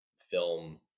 film